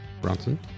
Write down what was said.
Bronson